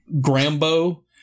Grambo